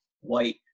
white